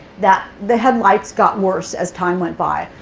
that the headlights got worse as time went by.